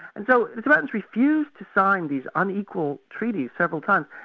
and so the tibetans refused to sign these unequal treaties several times,